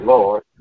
Lord